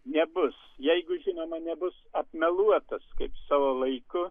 nebus jeigu žinoma nebus apmeluotas kaip savo laiku